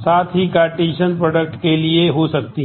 विस्तार करते हैं